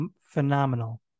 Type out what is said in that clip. phenomenal